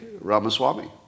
Ramaswamy